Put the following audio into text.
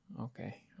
Okay